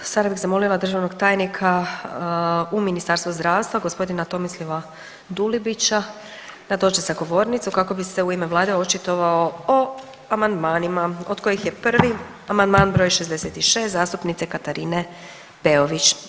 Sad bi zamolila državnog tajnika u Ministarstvu zdravstva g. Tomislava Dulibića da dođe za govornicu kako bi se u ime vlade očitovao o amandmanima od kojih je prvi amandman br. 66. zastupnice Katarine Peović.